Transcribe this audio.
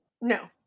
No